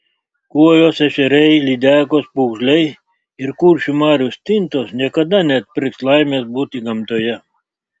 kuojos ešeriai lydekos pūgžliai ir kuršių marių stintos niekada neatpirks laimės būti gamtoje